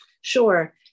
Sure